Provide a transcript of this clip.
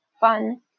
fun